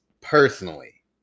personally